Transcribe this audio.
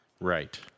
Right